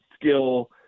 skill